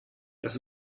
das